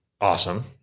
awesome